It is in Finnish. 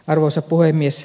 arvoisa puhemies